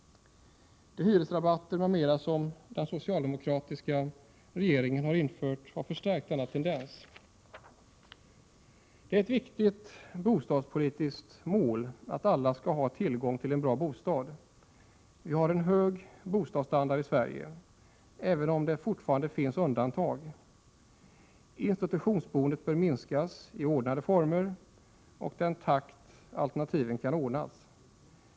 De hyresrabatter m.m. som den socialdemokratiska regeringen infört har förstärkt denna tendens. Det är ett viktigt bostadspolitiskt mål att alla skall ha tillgång till en bra bostad. Vi har en hög bostadsstandard i Sverige, även om det fortfarande finns undantag. Institutionsboendet bör minskas i ordnade former och i den takt alternativ kan ordnas.